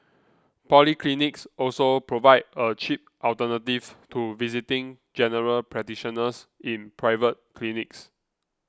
polyclinics also provide a cheap alternative to visiting General Practitioners in private clinics